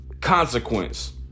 Consequence